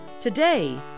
Today